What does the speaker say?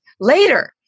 later